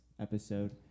episode